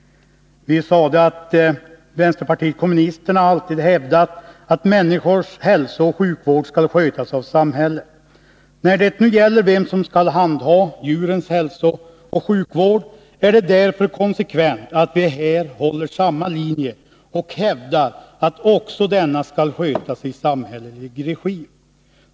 Vi sade då: ”Vänsterpartiet kommunisterna har alltid hävdat att människors hälsooch sjukvård skall skötas av samhället. När det nu gäller vem som skall handha djurens hälsooch sjukvård är det därför konsekvent att vi här håller samma linje och hävdar att också denna skall skötas i samhällelig regi.